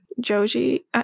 Joji